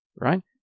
right